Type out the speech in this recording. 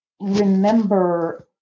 remember